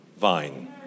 vine